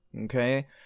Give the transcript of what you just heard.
Okay